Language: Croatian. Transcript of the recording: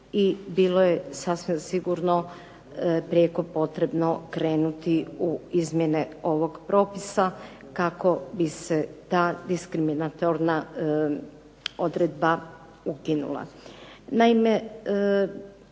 i bilo je sasvim sigurno prijeko potrebno krenuti u izmjene ovog propisa kako bi se ta diskriminatorna odredba ukinula.